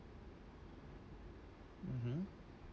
mmhmm